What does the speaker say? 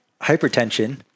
hypertension